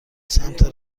سمت